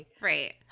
Right